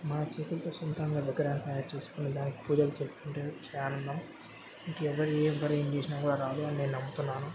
మన చేతులతో సొంతంగా విగ్రహం తయారు చేసుకున్న దానికి పూజలు చేస్తుంటే వచ్చే ఆనందం ఇంకా ఎవ్వరు ఎవరు ఏం చేసినా కూడా రాదు అని నేను నమ్ముతున్నాను